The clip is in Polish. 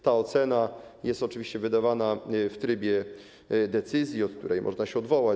Ta ocena jest oczywiście wydawana w trybie decyzji, od której można się odwołać.